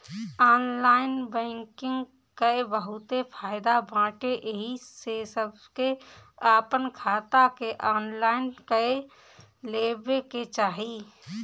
online banking कअ बहुते फायदा बाटे एही से सबके आपन खाता के ऑनलाइन कअ लेवे के चाही